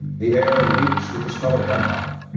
the air reeks with the smell of gunpowder.